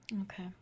Okay